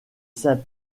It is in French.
saint